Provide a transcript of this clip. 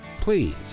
Please